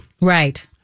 Right